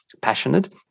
passionate